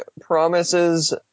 promises